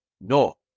No